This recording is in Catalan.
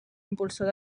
impulsor